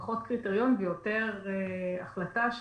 זה פחות קריטריון ויותר החלטה,